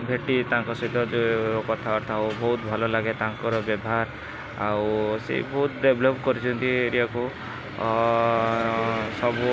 ଭେଟି ତାଙ୍କ ସହିତ କଥାବାର୍ତ୍ତା ହଉ ବହୁତ ଭଲ ଲାଗେ ତାଙ୍କର ବ୍ୟବହାର ଆଉ ସେ ବହୁତ ଡେଭଲପ୍ କରିଛନ୍ତି ଏରିଆକୁ ସବୁ